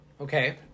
Okay